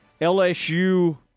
LSU